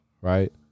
right